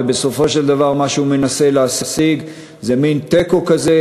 ובסופו של דבר מה שהוא מנסה להשיג זה מין תיקו כזה,